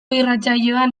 irratsaioan